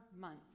months